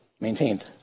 maintained